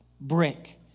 brick